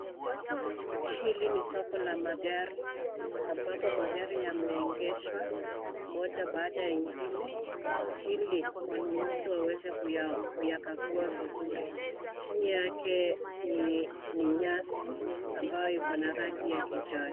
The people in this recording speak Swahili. Hili ni soko la magari, ambapo magari yameegeshwa moja baada ya ingine ili wanunuzi waweze kuyakagua vizuri. Chini yake ni nyasi ambayo iko na rangi ya kijani.